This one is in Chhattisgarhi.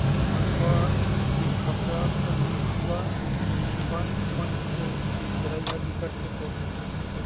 भथुवा, बिसखपरा, कनकुआ बन मन के जरई ह बिकट के पोठ होथे